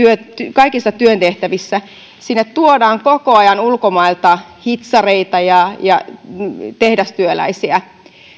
kaikissa työtehtävissä sinne tuodaan koko ajan ulkomailta hitsareita ja ja tehdastyöläisiä